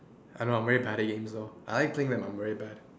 I don't know I'm very bad at games though I like playing but I'm very bad